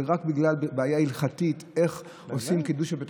זה רק בגלל בעיה הלכתית איך עושים קידוש בבית